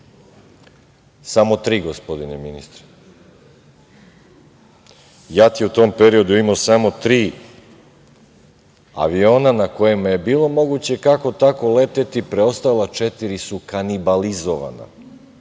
Samo tri, gospodine ministre. U tom periodu JAT je imao samo tri aviona na kojima je bilo moguće kako tako leteti, preostala četiri su kanibalizovana.